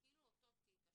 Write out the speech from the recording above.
זה כאילו אותו תיק,